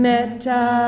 Meta